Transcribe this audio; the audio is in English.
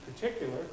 particular